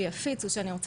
כן, אבל היא רצתה.